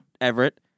Everett